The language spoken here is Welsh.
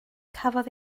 cafodd